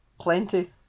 Plenty